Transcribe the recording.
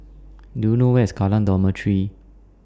Do YOU know Where IS Kallang Dormitory